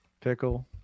pickle